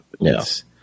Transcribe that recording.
Yes